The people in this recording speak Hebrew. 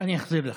אני אחזיר לך.